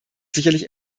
sicherlich